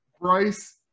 Bryce